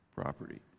property